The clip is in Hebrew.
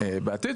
בעתיד,